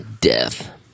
death